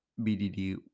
BDD